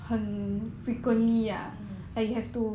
mm